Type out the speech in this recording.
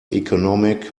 economic